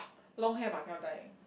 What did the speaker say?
long hair but cannot dye